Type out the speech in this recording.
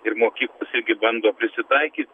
ir mokyklos irgi bando prisitaikyt